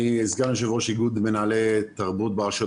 אני סגן יושב ראש איגוד מנהלי תרבות ברשויות